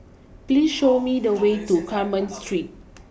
please show me the way to Carmen Street